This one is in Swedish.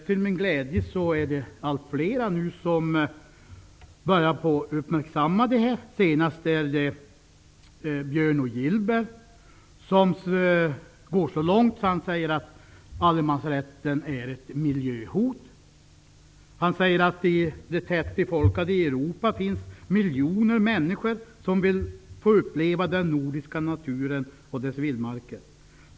Till min glädje är det nu allt fler som börjar uppmärksamma detta. Senast är det Björn O. Gillberg som går så långt att han säger att allemansrätten är ett miljöhot. Han säger att det i det tätt befolkade Europa finns miljoner människor som vill få uppleva den nordiska naturen och dess vildmarker.